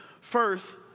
First